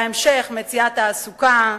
בהמשך מציאת תעסוקה,